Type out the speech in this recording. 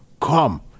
come